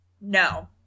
No